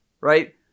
right